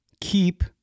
keep